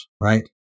right